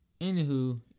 Anywho